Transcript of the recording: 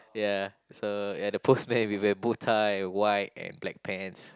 ya so ya the postman with a bow tie white and black pants